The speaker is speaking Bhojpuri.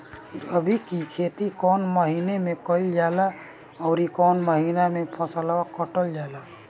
रबी की खेती कौने महिने में कइल जाला अउर कौन् महीना में फसलवा कटल जाला?